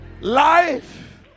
Life